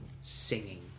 singing